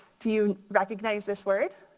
do you recognize this word?